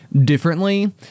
differently